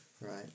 right